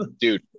dude